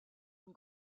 une